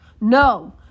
No